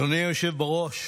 אדוני היושב בראש,